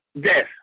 death